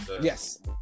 Yes